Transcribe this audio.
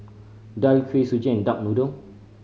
daal Kuih Suji and duck noodle